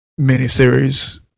miniseries